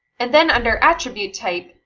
and then, under attribute type,